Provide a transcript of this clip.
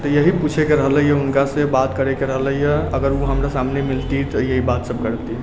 तऽ इएह पुछैके रहलैए हुनकासँ बात करैके रहलैए अगर ओ हमरा सामने मिलती तऽ इएह बातसब करती